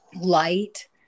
light